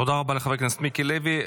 תודה רבה לחבר הכנסת מיקי לוי.